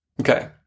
Okay